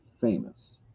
famous